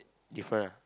different ah